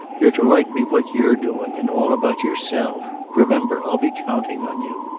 you're to write me what you're doing, and all about yourself. remember, i'll be counting on you.